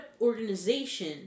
organization